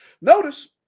Notice